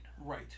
Right